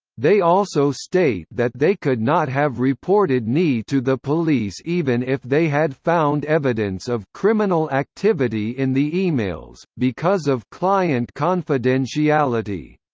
they also state that they could not have reported ni to the police even if they had found evidence of criminal activity in the emails, because of client confidentiality.